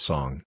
Song